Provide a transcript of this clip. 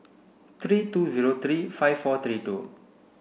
three two zero three five four three two